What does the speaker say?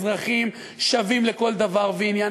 אזרחים שווים לכל דבר ועניין.